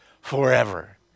forever